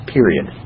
Period